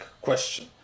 question